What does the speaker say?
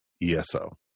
ESO